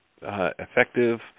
effective